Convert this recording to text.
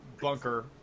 bunker